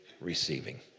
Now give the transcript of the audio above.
receiving